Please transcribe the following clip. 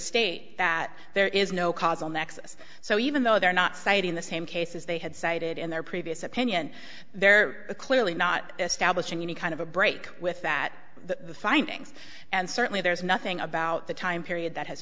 state that there is no causal nexus so even though they're not citing the same cases they had cited in their previous opinion they're clearly not establishing any kind of a break with that the findings and certainly there's nothing about the time period that has